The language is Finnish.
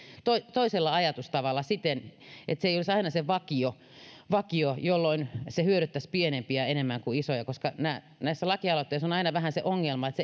toisella ajatustavalla siten että se ei olisi aina se vakio vakio jolloin se hyödyttäisi pienempiä enemmän kuin isoja näissä lakialoitteissa on aina vähän se ongelma että